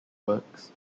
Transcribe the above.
works